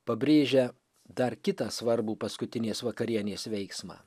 pabrėžia dar kitą svarbų paskutinės vakarienės veiksmą